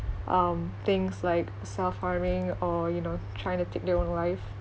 um things like self harming or you know trying to take their own life